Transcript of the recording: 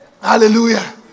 Hallelujah